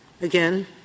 again